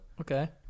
Okay